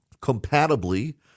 compatibly